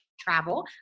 travel